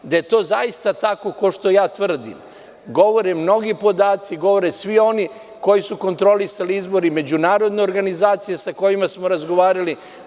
Da je to zaista tako kao što ja tvrdim, govore mnogi podaci, govore svi oni koji su kontrolisali izbore, međunarodne organizacije sa kojima smo razgovarali.